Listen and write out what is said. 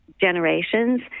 generations